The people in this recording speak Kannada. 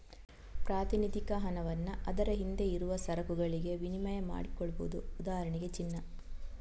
ಪ್ರಾತಿನಿಧಿಕ ಹಣವನ್ನ ಅದರ ಹಿಂದೆ ಇರುವ ಸರಕುಗಳಿಗೆ ವಿನಿಮಯ ಮಾಡಿಕೊಳ್ಬಹುದು ಉದಾಹರಣೆಗೆ ಚಿನ್ನ